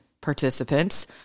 participants